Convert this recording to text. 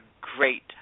great